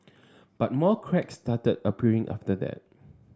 but more cracks started appearing after that